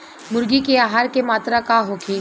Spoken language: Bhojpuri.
मुर्गी के आहार के मात्रा का होखे?